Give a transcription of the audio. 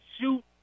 shoot